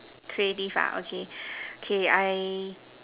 creative ah okay okay I